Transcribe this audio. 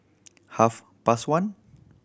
half past one